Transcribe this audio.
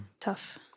tough